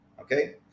okay